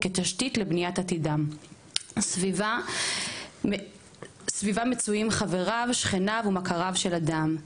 כתשתית לבניית עתידם סביבה מצויים חבריו שכניו ומכריו של אדם,